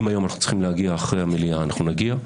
אם היום אנחנו צריכים להגיע אחרי המליאה אנחנו נגיע.